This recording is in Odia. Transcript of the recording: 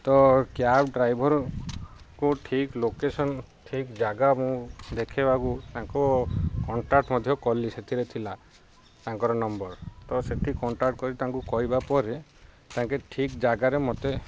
ତ କ୍ୟାବ୍ ଡ୍ରାଇଭର୍ଙ୍କୁ ଠିକ୍ ଲୋକେସନ୍ ଠିକ୍ ଜାଗା ମୁଁ ଦେଖେଇବାକୁ ତା'ଙ୍କୁ କଣ୍ଟାକ୍ଟ ମଧ୍ୟ କଲି ସେଥିରେ ଥିଲା ତାଙ୍କର ନମ୍ବର୍ ତ ସେଠି କଣ୍ଟାକ୍ଟ କରି ତା'ଙ୍କୁ କହିବା ପରେ ତା'ଙ୍କେ ଠିକ୍ ଜାଗାରେ ମୋତେ